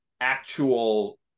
actual